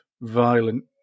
violent